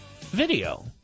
video